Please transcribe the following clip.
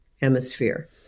hemisphere